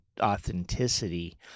authenticity